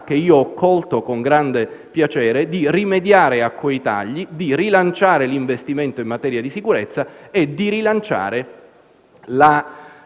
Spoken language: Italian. che io ho colto con grande piacere, di rimediare a quei tagli, di rilanciare gli investimenti in materia di sicurezza e di rilanciare la